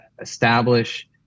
establish